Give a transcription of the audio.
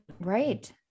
right